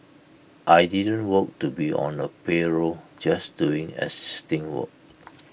I didn't want to be on A payroll just doing existing work